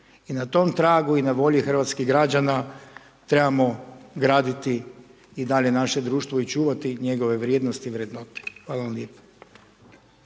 I na tom tragu i na volji hrvatskih građana, trebamo graditi i dalje naše društvo i čuvati njegove vrijednosti i vrednote. Hvala vam lijepo.